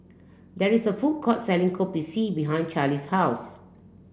there is a food court selling Kopi C behind Charlie's house